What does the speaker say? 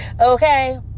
Okay